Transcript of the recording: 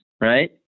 right